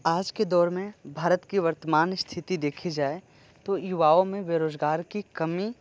आज के दौर में भारत की वर्तमान स्थिति देखी जाए तो युवाओं में बेरोजगार की कमी